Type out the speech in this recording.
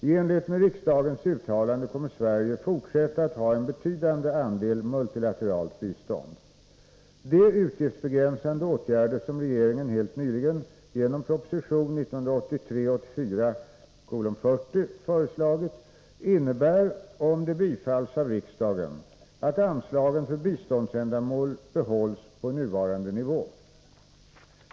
I enlighet med riksdagens uttalande kommer Sverige att fortsätta att ha en betydande andel multilateralt bistånd. De utgiftsbegränsande åtgärder som regeringen helt nyligen genom proposition 1983/84:40 föreslagit innebär, om de bifalls av riksdagen, att anslagen för biståndsändamål behålls på nuvarande nivå.